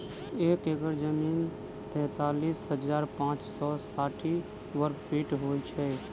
एक एकड़ जमीन तैँतालिस हजार पाँच सौ साठि वर्गफीट होइ छै